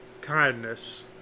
kindness